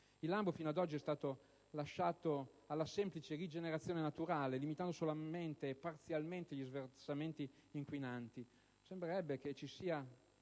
Il Lambro, fino ad oggi, è stato lasciato alla semplice rigenerazione naturale, limitando solamente e parzialmente gli sversamenti inquinanti; sembrerebbe che ci sia